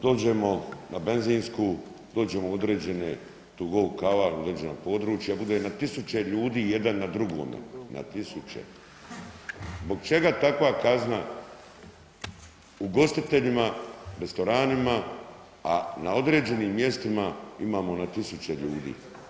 Dođemo na benzinsku, dođemo u određene to go kava, određena područja, bude na tisuće ljudi jedan na drugome, na tisuće, zbog čega takva kazna ugostiteljima, restoranima, a na određenim mjestima imamo na tisuće ljudi?